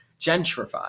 gentrified